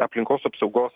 aplinkos apsaugos